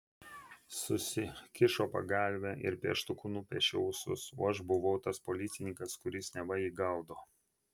susikišo pagalvę ir pieštuku nusipiešė ūsus o aš buvau tas policininkas kuris neva jį gaudo